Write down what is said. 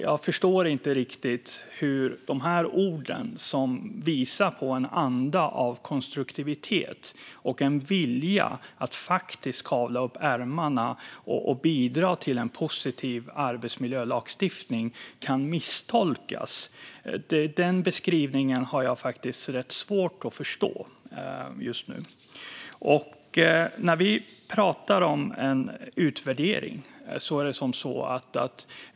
Jag förstår inte riktigt hur mina ord som visar på en anda av konstruktivitet och en vilja att kavla upp ärmarna för att bidra till en positiv arbetsmiljölagstiftning kan misstolkas. Den här beskrivningen har jag just nu svårt att förstå. Vi talar här om en utvärdering.